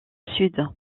sud